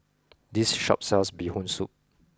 this shop sells Bee Hoon soup